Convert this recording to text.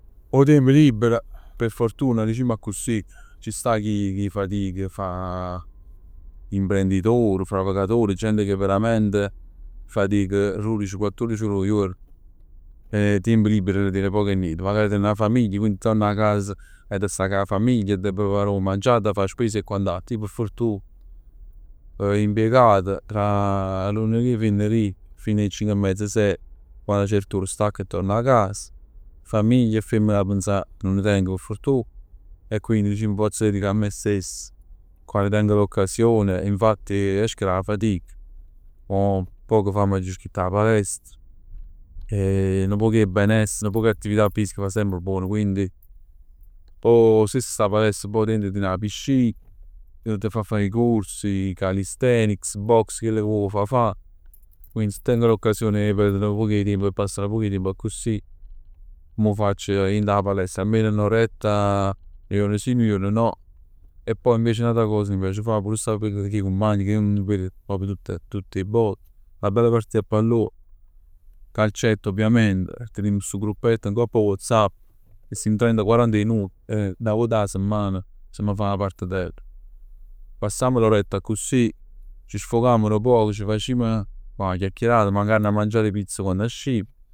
'O tiemp libero p' fortuna dicimm accussì ci sta chi chi fatic, fa imprenditore, fravecatore, gent che veramente fatic dodici, quattuordici ore 'o juorn e tiemp libero ten poc e nient. Magari tene 'na famiglia e quindi torna 'a casa e resta cu 'a famiglia. T' prepar 'o mangià. Adda fa 'a spesa e quant'altro. Io p' fortuna, impiegato, tra lunedì e venerdì fino 'e cinc 'e mezz, sei, poi 'a 'na certa ora stacco e torno 'a casa. Famiglia e femmen 'a pensà nun ne tengo p' fortun e quindi dicimm m' pozz dedicà a me stess quando tengo l'occasione e infatti quann esco d' 'a fatic, poco fa m'aggio iscritto 'a palestra e nu poc 'e benessere, nu poc 'e attività fisica fa semp buon. Quindi. Poj stess 'a palestra, dint tene 'a piscina, t' fa fa 'e corsi, calisthenics, box, chell che vuò fa faje. Quindi si teng l'occasione 'e perdere nu poc 'e tiemp e passà nu poc 'e tiemp accussì mo facc dint 'a palestra. Almeno n'oretta nu juorn sì e nu juorn no e poj invece n'ata cosa che mi piace fa è 'a sta cu 'e cumpagn che ij nun veg tutt tutt 'e vote. 'Na bella partita a pallone, calcetto ovviamente e tenimm stu gruppetto ngopp a Whatsapp, che simm trenta, quaranta 'e nuje. E 'na vota 'a semman c'amma fa 'a partitell. Passamm l'oretta accussì. Ci sfogamm nu poc, ci facimm 'na chiacchierata, magari 'na magnat 'e pizza quann ascimm.